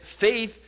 faith